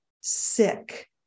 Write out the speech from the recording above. sick